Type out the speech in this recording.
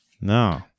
No